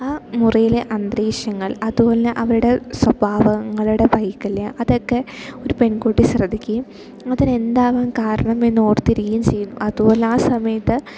ആ മുറിയിലെ അന്തരീക്ഷങ്ങൾ അതു അല്ല അവരുടെ സ്വഭാവങ്ങളുടെ വൈകല്യം അതൊക്കെ ഒരു പെൺകൂട്ടി ശ്രദ്ധിക്കയും അതിന് എന്താവാം കാരണം എന്ന് ഓർത്തിരിക്കുകയും ചെയ്യുന്നു അതു അല്ല ആ സമയത്ത്